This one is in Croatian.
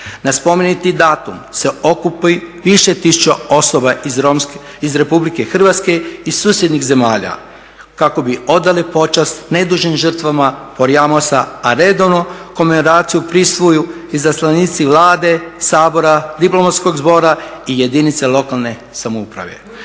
Na spomeniti datum se okupi više tisuća osoba iz romskih, iz Republike Hrvatske i susjednih zemalja kako bi odale počast nedužnim žrtvama Porajmosa, a redovno komemoraciju prisustvuju izaslanici Vlade, Sabora, diplomatskog zbora i jedinice lokalne samouprave.